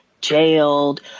jailed